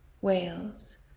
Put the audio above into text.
whales